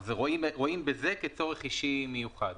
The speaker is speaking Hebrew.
כלומר, רואים בזה כצורך אישי מיוחד.